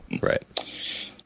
Right